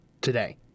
today